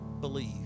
believe